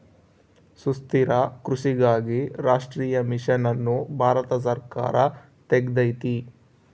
ಸುಸ್ಥಿರ ಕೃಷಿಗಾಗಿ ರಾಷ್ಟ್ರೀಯ ಮಿಷನ್ ಅನ್ನು ಭಾರತ ಸರ್ಕಾರ ತೆಗ್ದೈತೀ